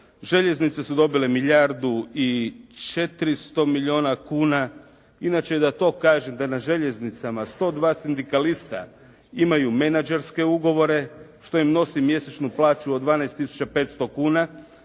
željeznice su dobile milijardu i 400 milijuna kuna. Inače da to kažem, da na željeznicama 102 sindikalista imaju menadžerske ugovore što im nosi mjesečnu plaću od 12500 kuna